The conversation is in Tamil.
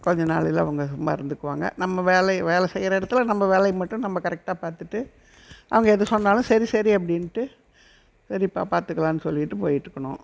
கொஞ்ச நாளையிலே அவங்க அது மறந்துக்குவாங்கள் நம்ம வேலை வேலை செய்கிற இடத்துல நம்ம வேலையை மட்டும் நம்ம கரெக்டாக பார்த்துட்டு அவங்க எது சொன்னாலும் சரி சரி அப்படின்ட்டு சரிப்பா பார்த்துக்கலான்னு சொல்லிட்டு போய்ட்டு இருக்கணும்